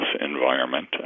environment